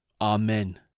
Amen